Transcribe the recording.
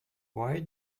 why